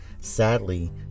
Sadly